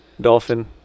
dolphin